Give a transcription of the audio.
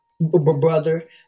brother